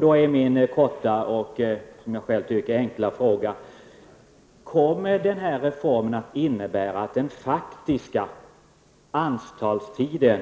Då är min korta och, tycker jag, enkla fråga: Kommer den här reformen att innebära att den faktiska anstaltstiden